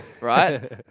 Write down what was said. right